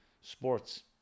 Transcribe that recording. Sports